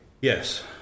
Yes